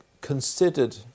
considered